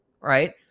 right